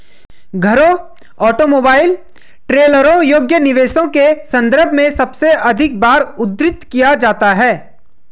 घरों, ऑटोमोबाइल, ट्रेलरों योग्य निवेशों के संदर्भ में सबसे अधिक बार उद्धृत किया जाता है